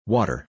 Water